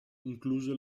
incluso